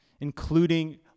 including